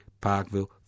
Parkville